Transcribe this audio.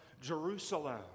Jerusalem